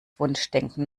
wunschdenken